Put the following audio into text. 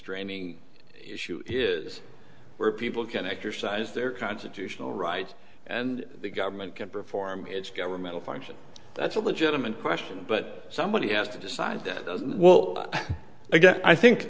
constraining issue is where people can exercise their constitutional right and the government can perform its governmental function that's a legitimate question but somebody has to decide that well again i think